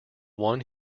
one